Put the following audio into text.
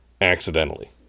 accidentally